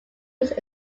was